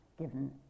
given